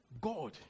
God